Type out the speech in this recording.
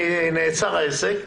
כי נעצר העסק.